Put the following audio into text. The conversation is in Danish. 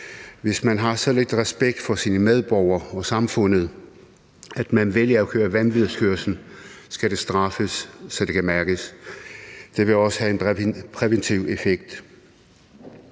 Hvis man har så lidt respekt for sine medborgere og samfundet, at man vælger at køre vanvidskørsel, skal det straffes, så det kan mærkes, og det vil også have en præventiv effekt.